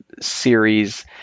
series